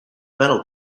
metal